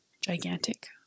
gigantic